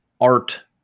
art